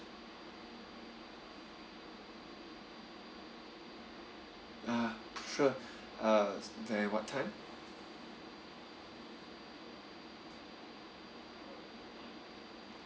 ah sure then what time